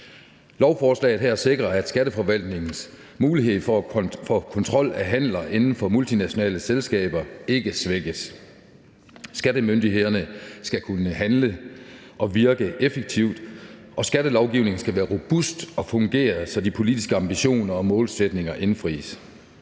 Lovforslaget her sikrer, at Skatteforvaltningens mulighed for at kontrol af handler inden for multinationale selskaber ikke svækkes. Skattemyndighederne skal kunne handle og virke effektivt, og skattelovgivningen skal være robust og fungere, så de politiske ambitioner og målsætninger indfries.